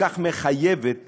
הכל-כך מחייבת